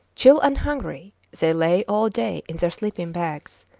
chill and hungry, they lay all day in their sleeping-bags,